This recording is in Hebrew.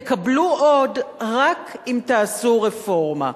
תקבלו עוד רק אם תעשו רפורמה.